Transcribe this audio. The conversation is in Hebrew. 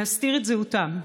להסתיר את זהותם.